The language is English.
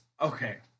Okay